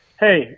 Hey